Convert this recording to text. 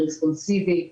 רספונסיבי;